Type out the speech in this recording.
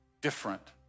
different